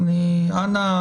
אנא,